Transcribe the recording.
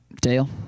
Dale